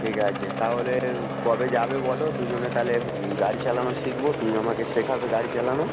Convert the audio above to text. ঠিক আছে তাহলে কবে যাবে বলো দুজনে তাহলে গাড়ি চালানো শিখব তুমি আমাকে শেখাবে গাড়ি চালানো